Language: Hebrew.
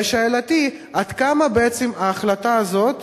ושאלתי: עד כמה בעצם ההחלטה הזאת